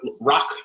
rock